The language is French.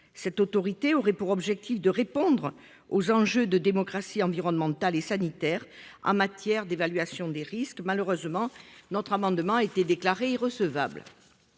nouvelle autorité aurait alors eu pour objectif de répondre aux enjeux de démocratie environnementale et sanitaire en matière d’évaluation des risques. Malheureusement, notre amendement a été déclaré irrecevable.